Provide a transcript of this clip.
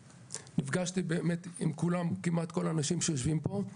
נפגשתי באמת עם כמעט כל האנשים שיושבים פה.